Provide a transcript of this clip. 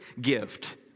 gift